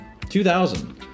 2000